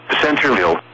Centerville